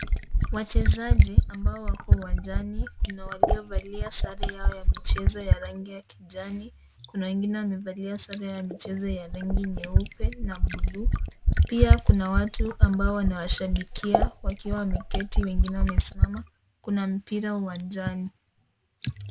Wachezaji ambao wako uwanjani na waliovalia sare yao ya michezo ya rangi ya kijani, kuna wengine wamevalia sare ya rangi nyeupe na bluu, pia kuna watu ambao wanawashabikia wakiwa wameketi wengine wamesimama . Kuna Mpira uwanjani.